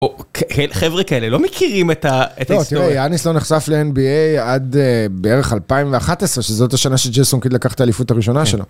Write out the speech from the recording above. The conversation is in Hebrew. חבר'ה כאלה לא מכירים את ההיסטוריה. לא, תראה, יאניס לא נחשף ל-NBA עד בערך 2011, שזאת השנה שג'ייסון קיד לקח את האליפות הראשונה שלו.